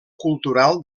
cultural